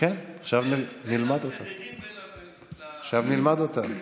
הן למצדדים והן, כן, עכשיו נלמד אותה.